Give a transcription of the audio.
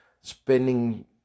spending